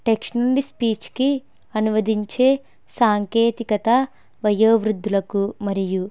text నుండి స్పీచ్కి అనువదించే సాంకేతికత వయోవృద్ధులకు మరియు